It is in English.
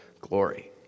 glory